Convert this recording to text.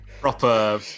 Proper